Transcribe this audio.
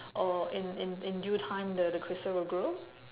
or in in in due time the the crystal will grow